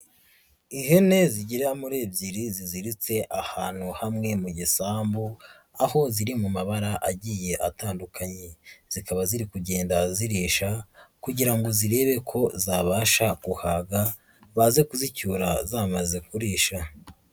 Ihene zigira muri ebyiri ziziritse ahantu hamwe mu gisambu, aho ziri mu mabara agiye atandukanye, zikaba ziri kugenda zirisha kugira ngo zirebe ko zabasha guhaga baze kuzicyura zamaze kurisha.